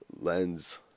lens